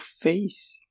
face